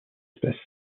espèces